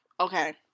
Okay